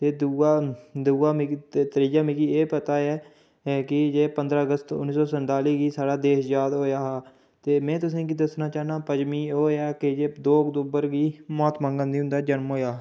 ते दुआ मिगी दुआ त्रीआ मिगी एह् पता ऐ कि पंदरां अगस्त उन्नी सौ संताली गी साढ़ा देश अजाद होआ हा ते में तुसें गी दस्सना चाह्न्ना पंजमीं ओह् एह् आ दो अक्तूबर गी महात्मा गांधी हुंदा जनम होआ